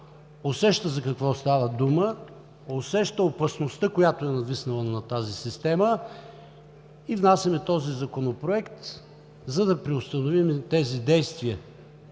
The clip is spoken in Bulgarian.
усеща за какво става дума, усеща опасността, която е надвиснала над тази система и внасяме този Законопроект, за да преустановим тези действия.